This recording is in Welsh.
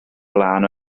blaen